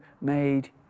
made